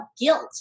guilt